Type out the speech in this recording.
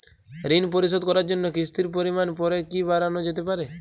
ঋন পরিশোধ করার জন্য কিসতির পরিমান পরে কি বারানো যেতে পারে?